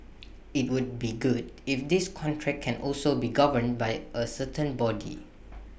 IT would be good if this contract can also be governed by A certain body